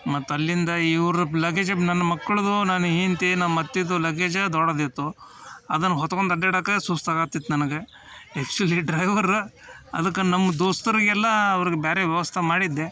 ಮತ್ತು ಅಲ್ಲಿಂದ ಇವ್ರ ಲಗೇಜ ನನ್ನ ಮಕ್ಳದ್ದು ನನ್ನ ಹೆಂಡ್ತಿ ನಮ್ಮ ಅತ್ತೆದು ಲಗೇಜ ದೊಡ್ಡದಿತ್ತು ಅದನ್ನು ಹೊತ್ಕೊಂಡ್ ಅಡ್ಯಾಡಕ್ಕೆ ಸುಸ್ತಾಗತಿತ್ತು ನನ್ಗೆ ಆ್ಯಕ್ಜುಲಿ ಡ್ರೈವರ ಅದಕ್ಕೆ ನಮ್ಮ ದೋಸ್ತರಿಗೆಲ್ಲ ಅವ್ರಿಗೆ ಬೇರೆ ವ್ಯವಸ್ಥೆ ಮಾಡಿದ್ದೆ